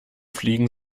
fliegen